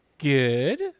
Good